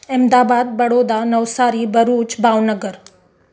Ahmedabad Vadodara Navsari Bharuch Bhavnagar